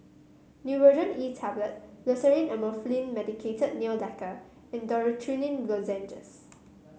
Nurogen E Hablet Loceryl Amorolfine Medicated Nail Lacquer and Dorithricin Lozenges